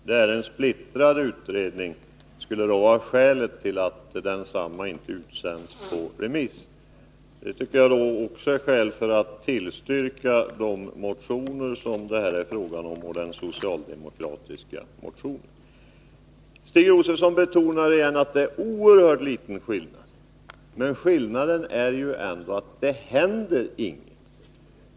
Herr talman! Det faktum att utredningen är splittrad skulle vara skälet till att betänkandet inte sänts ut på remiss. Det tycker jag i så fall är ett skäl att tillstyrka den socialdemokratiska motionen. Stig Josefson betonar igen att det är en oerhört liten skillnad. Men det händer ju inte någonting.